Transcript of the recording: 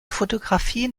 fotografien